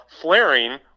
flaring